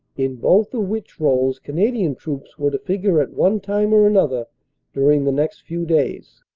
in both of which roles cana dian troops were to figure at one time or another during the next few days.